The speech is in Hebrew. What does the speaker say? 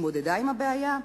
התמודדה עם הבעיה?